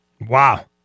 wow